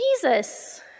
Jesus